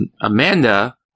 Amanda